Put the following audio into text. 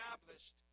established